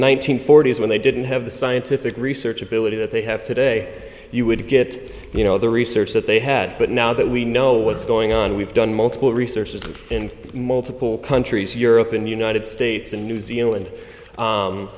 hundred forty s when they didn't have the scientific research ability that they have today you would get you know the research that they had but now that we know what's going on we've done multiple researchers in multiple countries of europe in the united states and new zealand